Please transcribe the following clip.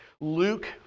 Luke